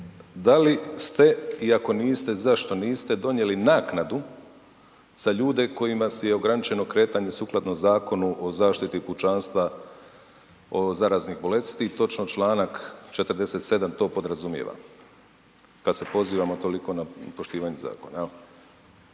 da li ste i ako niste, zašto niste, donijeli naknadu za ljude kojima je ograničeno kretanje sukladno Zakonu o zaštiti pučanstva od zaraznih bolesti, točno čl. 47. to podrazumijeva kad se pozivamo toliko na poštivanje zakona,